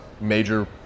Major